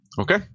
Okay